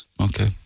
Okay